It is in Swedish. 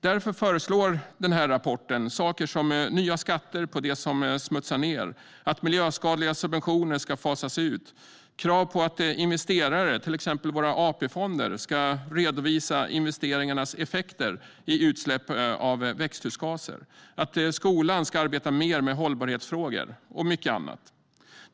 Därför föreslås det i rapporten saker som nya skatter på det som smutsar ned, att miljöskadliga subventioner ska fasas ut, krav på att investerare - till exempel våra AP-fonder - ska redovisa investeringarnas effekter i form av utsläpp av växthusgaser, att skolan ska arbeta mer med hållbarhetsfrågor och mycket annat.